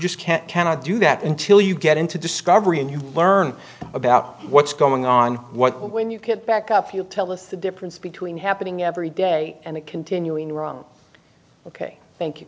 just can't cannot do that until you get into discovery and you learn about what's going on what when you get back up you'll tell us the difference between happening every day and it continuing to run ok thank you